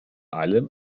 allem